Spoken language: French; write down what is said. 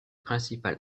principales